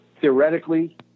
theoretically